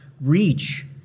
reach